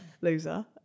loser